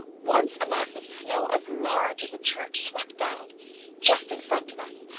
once a mass of snow as large as a church swept down just in front of us,